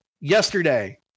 yesterday